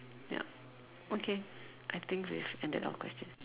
ya okay I think we've ended our question